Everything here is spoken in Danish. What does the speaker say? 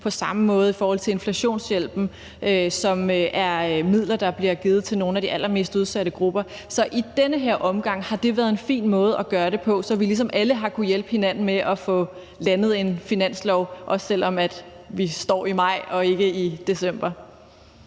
På samme måde er det i forhold til inflationshjælpen, som er midler, der bliver givet til nogle af de allermest udsatte grupper. Så i den her omgang har det været en fin måde at gøre det på, så vi ligesom alle har kunnet hjælpe hinanden med at få landet en finanslov, også selv om vi står i maj og ikke i december.